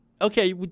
Okay